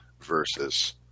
versus